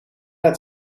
het